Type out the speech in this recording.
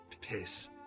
Piss